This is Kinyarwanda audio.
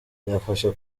byafasha